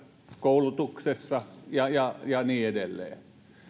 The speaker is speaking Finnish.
koulutuksessa ja ja niin edelleen